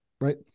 right